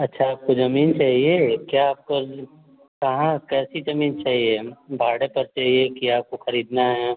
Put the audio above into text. अच्छा आपको ज़मीन चाहिए क्या आपको कहाँ कैसी ज़मीन चाहिए भाड़े पर चाहिए कि आपको खरीदना है